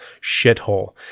shithole